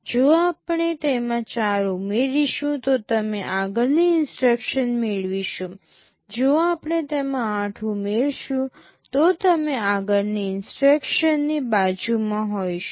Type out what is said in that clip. જો આપણે તેમાં 4 ઉમેરીશું તો અમે આગળની ઇન્સટ્રક્શન મેળવીશું જો આપણે તેમાં 8 ઉમેરીશું તો અમે આગળની ઇન્સટ્રક્શનની બાજુમાં હોઈશું